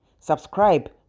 Subscribe